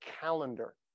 calendar